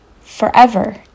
forever